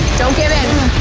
don't give in.